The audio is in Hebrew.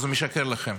אז הוא משקר לכם,